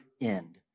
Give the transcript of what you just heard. end